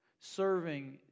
serving